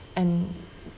and